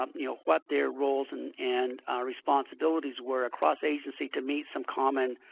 um you know, what their roles and and responsibilities were across agencies to meet some common